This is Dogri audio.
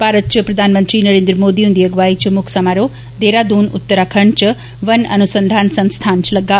भारत च प्रधानमंत्री नरेंद्र मोदी हुंदी अगुवाई च मुक्ख समारोह देहरादून उत्तराखंड च बन अनुसंधान संस्थान च लग्गा